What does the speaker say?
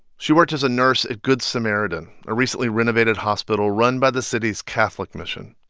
she worked as a nurse at good samaritan, a recently renovated hospital run by the city's catholic mission.